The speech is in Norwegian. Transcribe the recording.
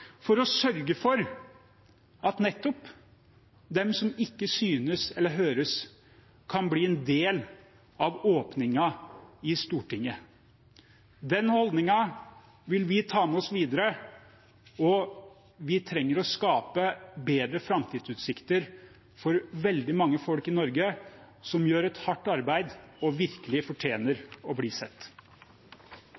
for å sørge for at nettopp dem som ikke synes eller høres, kan bli en del av åpningen i Stortinget. Den holdningen vil vi ta med oss videre. Vi trenger å skape bedre framtidsutsikter for veldig mange folk i Norge som gjør et hardt arbeid og virkelig fortjener